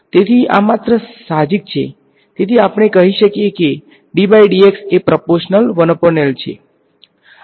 તેથી આ માત્ર સાહજિક છે તેથી આપણે કહી શકીએ કે એ પ્રપોર્શનલ 1L છે